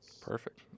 Perfect